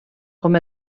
com